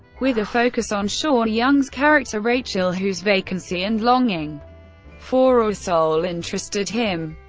with a focus on sean young's character rachael, whose vacancy and longing for a soul interested him.